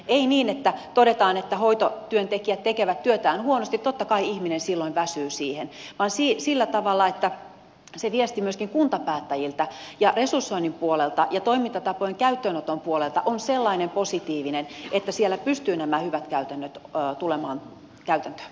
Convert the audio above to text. ei niin että todetaan että hoitotyöntekijät tekevät työtään huonosti totta kai ihminen silloin väsyy siihen vaan sillä tavalla että se viesti myöskin kuntapäättäjiltä ja resursoinnin puolelta ja toimintatapojen käyttöönoton puolelta on sellainen positiivinen että siellä pystyvät nämä hyvät käytännöt tulemaan käytäntöön